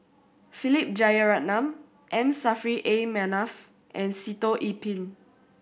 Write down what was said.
Philip Jeyaretnam M Saffri A Manaf and Sitoh Yih Pin